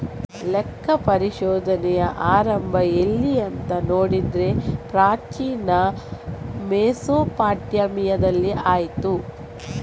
ಲೆಕ್ಕ ಪರಿಶೋಧನೆಯ ಆರಂಭ ಎಲ್ಲಿ ಅಂತ ನೋಡಿದ್ರೆ ಪ್ರಾಚೀನ ಮೆಸೊಪಟ್ಯಾಮಿಯಾದಲ್ಲಿ ಆಯ್ತು